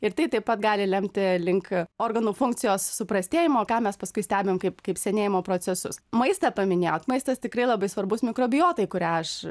ir tai taip pat gali lemti link organų funkcijos suprastėjimo ką mes paskui stebim kaip kaip senėjimo procesus maistą paminėjot maistas tikrai labai svarbus mikrobiotai kurią aš